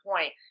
point